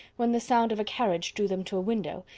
when the sound of a carriage drew them to a window,